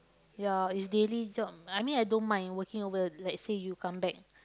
ya if daily job I mean I don't mind working over like say you come back